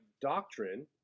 doctrine